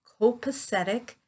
copacetic